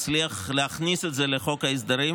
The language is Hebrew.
הצליח להכניס את זה לחוק ההסדרים.